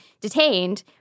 detained